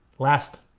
last,